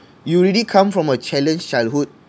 you already come from a challenged childhood